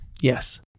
yes